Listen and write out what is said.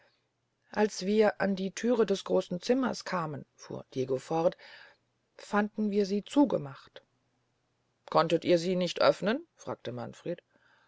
als wir an die thür des großen zimmers kamen fuhr diego fort fanden wir sie zugemacht konntet ihr sie nicht öfnen sagte manfred